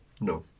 No